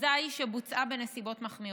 אזי היא בוצעה בנסיבות מחמירות.